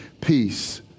peace